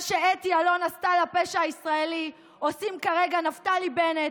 מה שאתי אלון עשתה לפשע הישראלי עושים כרגע נפתלי בנט,